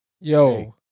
Yo